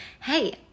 Hey